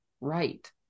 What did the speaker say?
right